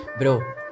bro